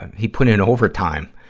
he put in overtime.